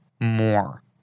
more